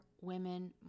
women